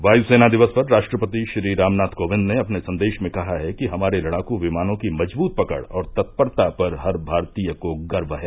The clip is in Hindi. वायु सेना दिवस पर राष्ट्रपति श्री रामनाथ कोविंद ने अपने संदेश में कहा है कि हमारे लड़ाकू विमानों की मजबूत पकड़ और तत्परता पर हर भारतीय को गर्व है